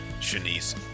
Shanice